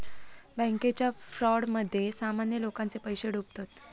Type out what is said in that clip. बॅन्केच्या फ्रॉडमध्ये सामान्य लोकांचे पैशे डुबतत